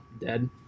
dead